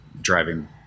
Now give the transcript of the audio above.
driving